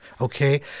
Okay